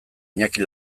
iñaki